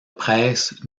presse